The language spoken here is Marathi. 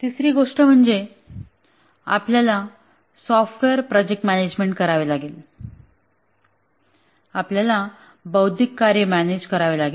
तिसरी गोष्ट म्हणजे आपल्याला सॉफ्टवेअर प्रोजेक्ट मॅनेजमेंट करावे लागेल आपल्याला बौद्धिक कार्य मॅनेज करावे लागेल